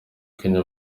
kenya